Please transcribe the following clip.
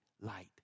light